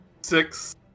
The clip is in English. six